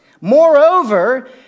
Moreover